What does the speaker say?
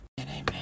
Amen